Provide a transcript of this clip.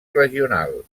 regional